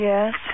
Yes